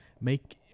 Make